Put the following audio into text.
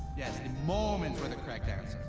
yes, the mormons were the correct answer.